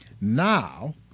Now